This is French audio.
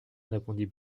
répondit